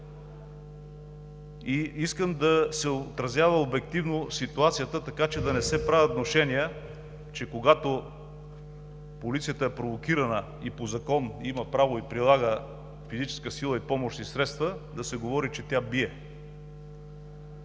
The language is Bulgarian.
Искам да се отразява обективно ситуацията, така че да не се правят внушения, че когато полицията е провокирана и по закон има право и прилага физическа сила и помощни средства, да се говори, че тя бие.